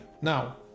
now